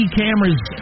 cameras